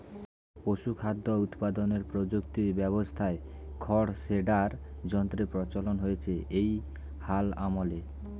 পশুখাদ্য উৎপাদনের প্রযুক্তি ব্যবস্থায় খড় শ্রেডার যন্ত্রের প্রচলন হয়েছে এই হাল আমলে